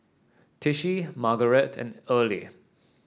Tishie Margarette and Earley